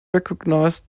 recognised